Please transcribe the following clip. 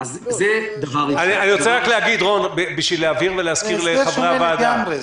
כדי להבהיר ולהזכיר לחברי הוועדה,